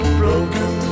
broken